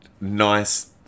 nice